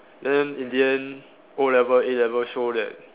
then in the end O-level A-level show that